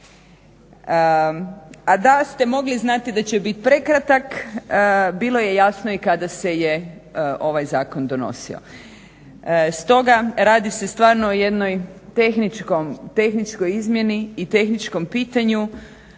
a da li ste mogli znati da će biti prekratak bilo je jasno i kada se je ovaj zakon donosio. Stoga radi se stvarno o jednoj tehničkoj izmjeni i tehničkom pitanju